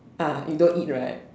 ah you don't eat right